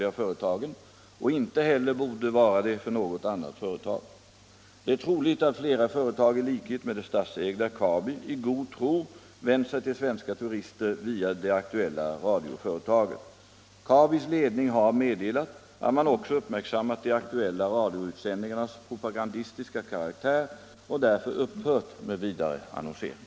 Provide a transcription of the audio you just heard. Med anledning härav vill jag fråga herr industriministern: Anser regeringen det vara förenligt med de principer som bör gälla för statsföretagens verksamhet att med annonspengar och utrymme stödja fascistiska massmediaföretag?